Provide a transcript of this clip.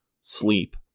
sleep